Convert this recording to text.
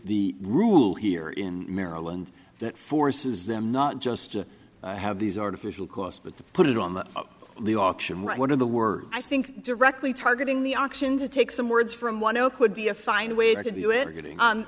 the rule here in maryland that forces them not just to have these artificial cost but to put it on the the auction right one of the words i think directly targeting the auction to take some words from one zero could be a fine way to do it